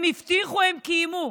הם הבטיחו, הם קיימו.